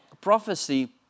prophecy